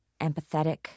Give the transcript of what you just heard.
empathetic